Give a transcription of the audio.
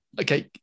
Okay